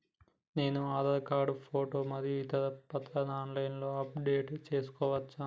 నేను Aadhaar card photo మరియు ఇతర పత్రాలను ఆన్ లైన్ అప్ డెట్ చేసుకోవచ్చా?